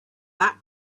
that